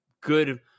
good